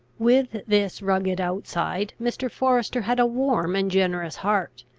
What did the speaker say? with this rugged outside, mr. forester had a warm and generous heart.